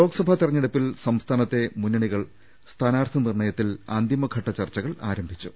ലോക്സഭാ തെരഞ്ഞെടുപ്പിൽ സംസ്ഥാനത്തെ മുന്നണികൾ സ്ഥാനാർഥി നിർണയത്തിൽ അന്തിമഘട്ട ചർച്ചകൾ ആരംഭിച്ചു